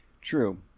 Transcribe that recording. true